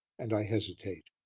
and i hesitate.